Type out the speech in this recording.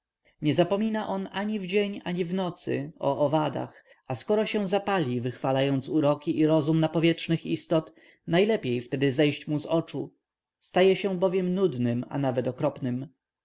nie zapomina on ani w dzień ani w nocy o owadach a skoro się zapali wychwalając uroki i rozum napowietrznych istot najlepiej wtedy zejść mu z oczu staje się bowiem nudnym a nawet okropnym